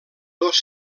dos